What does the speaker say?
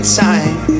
time